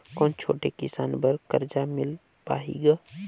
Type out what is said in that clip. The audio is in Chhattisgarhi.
कौन छोटे किसान बर कर्जा मिल पाही ग?